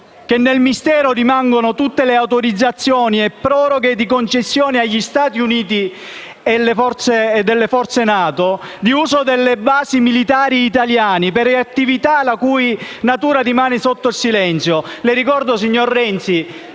che nel mistero rimangano tutte le autorizzazioni e proroghe di concessioni agli Stati Uniti e alle forze Nato di uso delle basi militari italiane per attività la cui natura rimane sotto silenzio. Le ricordo, signor Renzi,